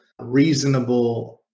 reasonable